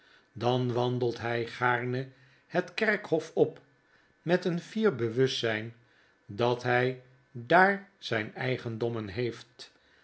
dan wandelt hy gaarne het kerkhof op met een fier bewustzyn dat hy daar zyn eigendommen heeft